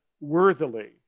worthily